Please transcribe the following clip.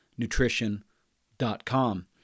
nutrition.com